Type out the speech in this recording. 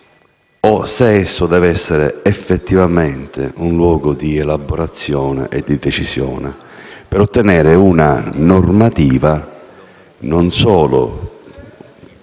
o se, invece, deve essere effettivamente un luogo di elaborazione e di decisione per ottenere una normativa non solo